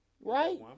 right